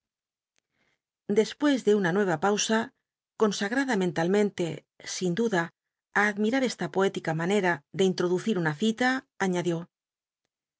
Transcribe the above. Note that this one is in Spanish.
despues de una nueva pausa consagtadn mentalmente sin duda á admirar esta poética manera de introducir una cita añadió